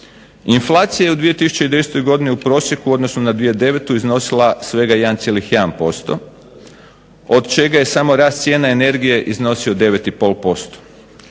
Inflacija u 2010. godini u prosjeku u odnosu 2009. iznosila 1,1% od čega je samo rast cijena energije iznosio 9,5%.